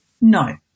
No